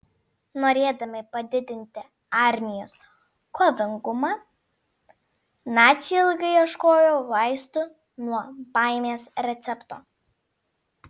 norėdami padidinti armijos kovingumą naciai ilgai ieškojo vaistų nuo baimės recepto